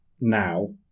now